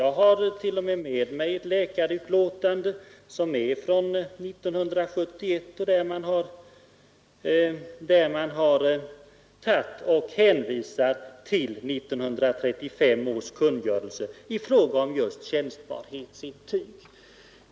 Jag har t.o.m. med mig ett läkarutlåtande från den 26 mars 1971, som refererar till ett läkarintyg av den 30 december 1969, och där hänvisas till att myndigheten begärt undersökningen utförd enligt 1935 års kungörelse i fråga om just tjänstbarhetsintyg.